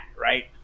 right